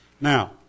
Now